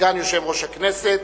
סגן יושב-ראש הכנסת,